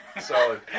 solid